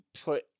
put